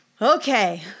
Okay